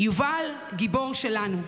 יובל, גיבור שלנו,